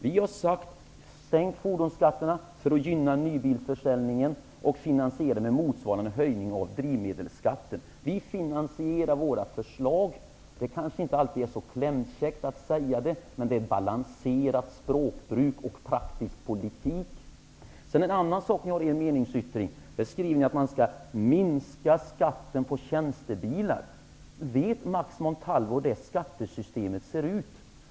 Vi har sagt: Sänk fordonsskatten för att gynna nybilsförsäljningen, och finansiera det med motsvarande höjning av drivmedelsskatten! Vi finansierar våra förslag. Det kanske inte alltid är så klämkäckt att sälja det. Men det är ett balanserat språkbruk och taktisk politik. En annan sak ni har i er meningsyttring är att man skall minska skatten på tjänstebilar. Vet Max Montalvo hur det skattesystemet ser ut?